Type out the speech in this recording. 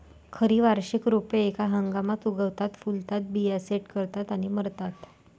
खरी वार्षिक रोपे एका हंगामात उगवतात, फुलतात, बिया सेट करतात आणि मरतात